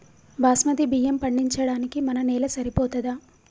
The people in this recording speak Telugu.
బాస్మతి బియ్యం పండించడానికి మన నేల సరిపోతదా?